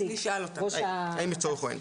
האם יש צורך או אין.